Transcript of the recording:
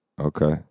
Okay